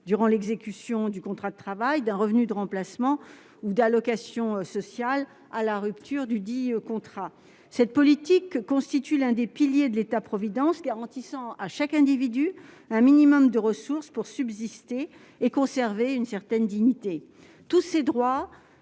rupture dudit contrat, d'un revenu de remplacement ou d'allocations sociales. Cette politique constitue l'un des piliers de l'État providence, garantissant à chaque individu un minimum de ressources pour subsister et conserver une certaine dignité. Tous ces droits